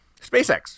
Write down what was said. SpaceX